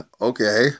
okay